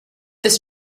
this